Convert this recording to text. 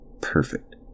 Perfect